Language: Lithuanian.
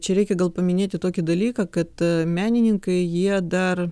čia reikia gal paminėti tokį dalyką kad menininkai jie dar